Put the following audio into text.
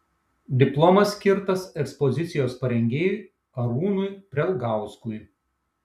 diplomas skirtas ekspozicijos parengėjui arūnui prelgauskui